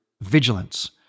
vigilance